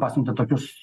pasiuntė tokius